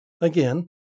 Again